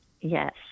Yes